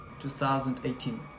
2018